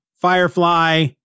Firefly